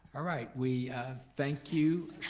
alright, we thank you,